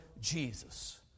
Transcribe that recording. Jesus